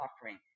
offering